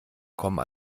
kommen